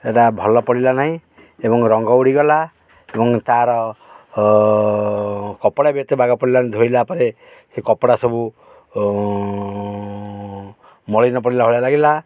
ଏଇଟା ଭଲ ପଡ଼ିଲା ନାହିଁ ଏବଂ ରଙ୍ଗ ଉଡ଼ିଗଲା ଏବଂ ତା'ର କପଡ଼ା ବି ଏତେ ବାଗ ପଡ଼ିଲାନି ଧୋଇଲା ପରେ ସେ କପଡ଼ା ସବୁ ମଳିନ ପଡ଼ିଲା ଭଳିଆ ଲାଗିଲା